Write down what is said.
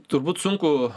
turbūt sunku